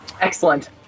Excellent